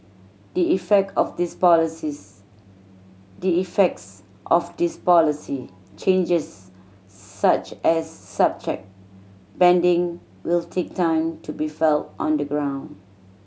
the effect of these policies the effects of these policy changes such as subject banding will take time to be felt on the ground